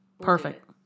Perfect